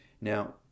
now